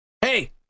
hey